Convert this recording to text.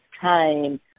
time